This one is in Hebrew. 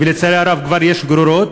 ולצערי הרב כבר יש גרורות,